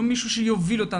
לא מישהו שיוביל אותם.